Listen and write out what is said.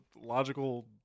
logical